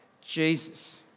Jesus